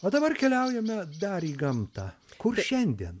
o dabar keliaujame dar į gamtą kur šiandien